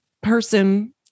person